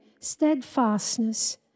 steadfastness